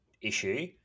issue